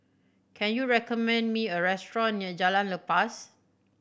can you recommend me a restaurant near Jalan Lepas